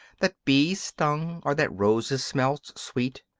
that bees stung or that roses smelt sweet,